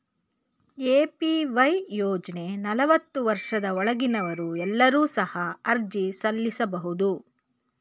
APY ಯೋಜ್ನ ನಲವತ್ತು ವರ್ಷದ ಒಳಗಿನವರು ಎಲ್ಲರೂ ಸಹ ಅರ್ಜಿ ಸಲ್ಲಿಸಬಹುದು